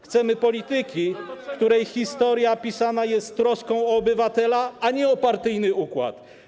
Chcemy polityki, której historia pisana jest z troską o obywatela, a nie o partyjny układ.